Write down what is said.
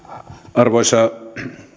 arvoisa